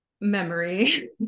memory